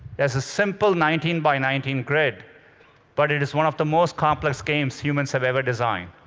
it's a simple nineteen by nineteen grid but it is one of the most complex games humans have ever designed.